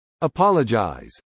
apologize